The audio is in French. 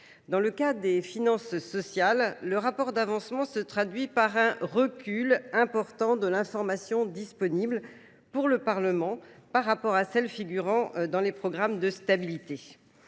Dans le cas des finances sociales, le rapport d'avancement se traduit par un recul important de l'information disponible pour le Parlement par rapport à celle figurant dans les programmes de stabilité.